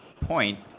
point